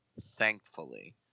thankfully